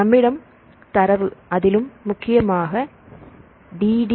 நம்மிடம் தரவு அதிலும் முக்கியமாக டிஎன்ஏ டி